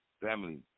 Family